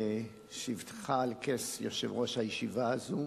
בשבתך על כס ראש הישיבה הזאת.